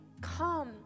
Come